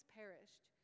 perished